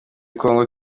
congo